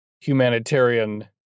humanitarian